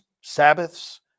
Sabbaths